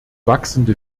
wachsende